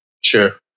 Sure